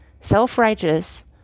self-righteous